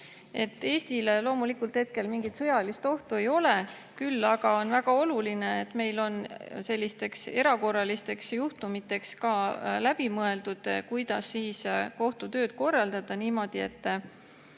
Eestile loomulikult hetkel mingit sõjalist ohtu ei ole, küll aga on väga oluline, et meil oleks sellisteks erakorralisteks juhtumiteks läbi mõeldud, kuidas kohtu tööd korraldada niimoodi, et